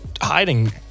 hiding